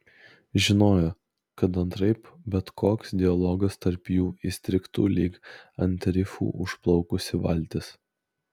žinojo kad antraip bet koks dialogas tarp jų įstrigtų lyg ant rifų užplaukusi valtis